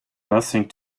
nothing